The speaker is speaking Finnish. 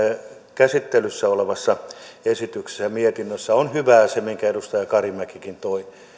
käsittelyssä olevassa esityksessä ja mietinnössä on hyvää se minkä edustaja karimäkikin toi